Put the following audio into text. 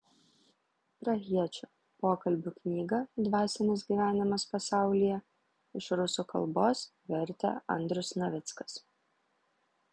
prahiečio pokalbių knygą dvasinis gyvenimas pasaulyje iš rusų kalbos vertė andrius navickas